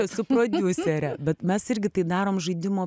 esu prodiuserė bet mes irgi tai darom žaidimo